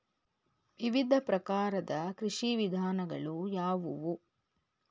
ವಿವಿಧ ಪ್ರಕಾರದ ಕೃಷಿ ವಿಧಾನಗಳು ಯಾವುವು?